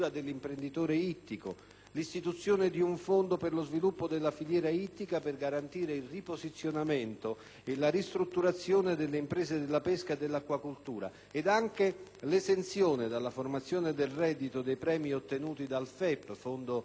l'istituzione di un fondo per lo sviluppo della filiera ittica per garantire il riposizionamento e la ristrutturazione delle imprese della pesca e dell'acquacoltura, ed anche l'esenzione dalla formazione del reddito dei premi ottenuti dal FEP (Fondo europeo per la pesca),